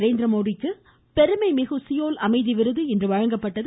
நரேந்திரமோடிக்கு பெருமைமிகு சியோல் அமைதி விருது இன்று வழங்கப்பட்டது